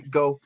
go